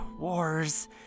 Wars